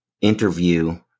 interview